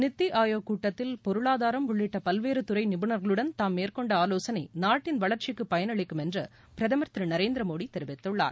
நித்தி ஆயோக் கூட்டத்தில் பொருளாதாரம் உள்ளிட்ட பல்வேறு துறை நிபுணர்களுடன் தாம் மேற்கொண்ட ஆலோசனை நாட்டின் வளர்ச்சிக்கு பயன் அளிக்கும் என்று பிரதமர் திரு நரேந்திர மோடி தெரிவித்துள்ளார்